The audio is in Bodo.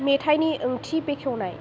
मेथाइनि ओंथि बेखेवनाय